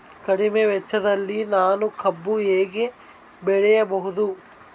ಕಡಿಮೆ ವೆಚ್ಚದಲ್ಲಿ ನಾನು ಕಬ್ಬು ಹೇಗೆ ಬೆಳೆಯಬಹುದು?